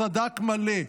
סד"כ מלא.